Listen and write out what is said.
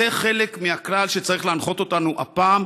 זה חלק מהכלל שצריך להנחות אותנו הפעם,